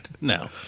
No